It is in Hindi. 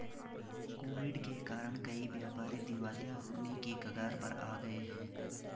कोविड के कारण कई व्यापारी दिवालिया होने की कगार पर आ गए हैं